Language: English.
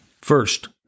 First